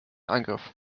angriff